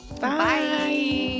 bye